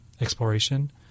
exploration